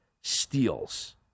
steals